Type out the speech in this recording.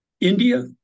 India